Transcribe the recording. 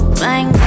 bang